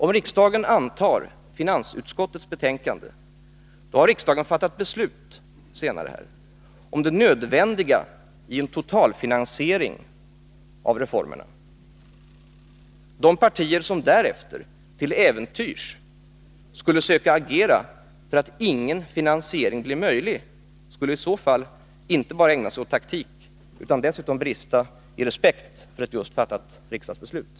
Om riksdagen antar finansutskottets förslag, då har riksdagen fattat beslut om det nödvändiga i en totalfinansiering av reformerna. De partier som därefter till äventyrs skulle söka agera så att ingen finansiering blir möjlig skulle i så fall inte bara ägna sig åt taktik, utan dessutom brista i respekt för ett just fattat riksdagsbeslut.